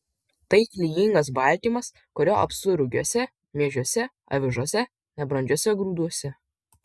tai klijingas baltymas kurio apstu rugiuose miežiuose avižose nebrandžiuose grūduose